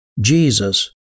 Jesus